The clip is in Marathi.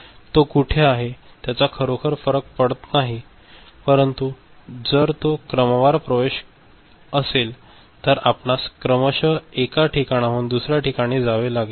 तो कुठे आहे त्याचा खरोखर फरक पडत नाही परंतु जर तो क्रमवार प्रवेश असेल तर आपणास क्रमशः एका ठिकाणाहून दुसर्या ठिकाणी जावे लागेल